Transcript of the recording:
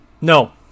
No